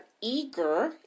eager